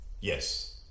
Yes